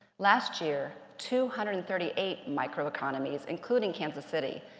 last year, two hundred and thirty eight micro economies, including kansas city,